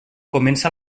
comença